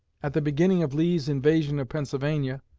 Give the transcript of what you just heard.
at the beginning of lee's invasion of pennsylvania,